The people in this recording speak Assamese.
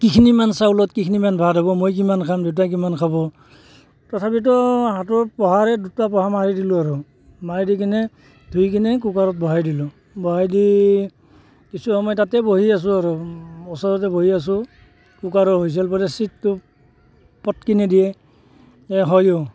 কিখিনিমান চাউলত কিখিনিমান ভাত হ'ব মই কিমান খাম দেউতাই কিমান খাব তথাপিতো হাতৰ পোহাৰে দুটা পোহা মাৰি দিলোঁ আৰু মাৰি দি কিনে ধুই কিনে কুকাৰত বহাই দিলোঁ বহাই দি কিছু সময় তাতে বহি আছোঁ আৰু ওচৰতে বহি আছোঁ কুকাৰৰ হুইচেল পৰে চিটটো পটকিনে দিয়ে আৰু হয়ো